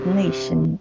nation